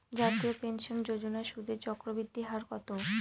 জাতীয় পেনশন যোজনার সুদের চক্রবৃদ্ধি হার কত?